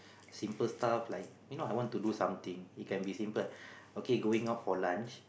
simple stuff like you know I want to do something it can be simple okay going out for lunch